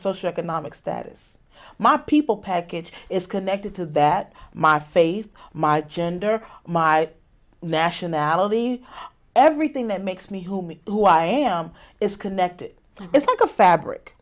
social economic status my people package is connected to that my faith my gender my nationality everything that makes me who me who i am is connected is like a fabric